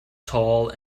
tall